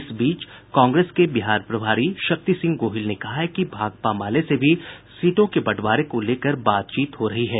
इस बीच कांग्रेस के बिहार प्रभारी शक्ति सिंह गोहिल ने कहा है कि भाकपा माले से भी सीटों के बंटवारे को लेकर बातचीत हो रही है